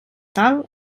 tal